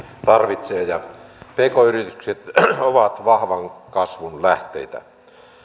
tarvitsee ja pk yritykset ovat vahvan kasvun lähteitä